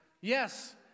Yes